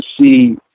see